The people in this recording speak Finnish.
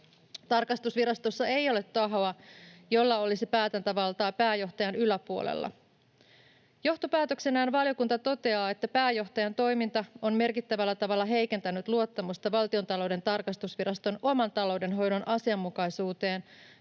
Tarkastusvirastossa ei ole tahoa, jolla olisi päätäntävaltaa pääjohtajan yläpuolella. Johtopäätöksenään valiokunta toteaa, että pääjohtajan toiminta on merkittävällä tavalla heikentänyt luottamusta Valtiontalouden tarkastusviraston oman taloudenhoidon asianmukaisuuteen